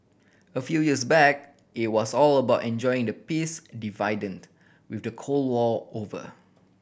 a few years back it was all about enjoying the peace dividend with the Cold War over